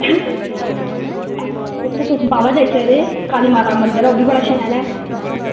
इत्थै तुस बाह्वे जाई सकदे काली माता दा मंदर ऐ ओह् बी बड़ा शैल ऐ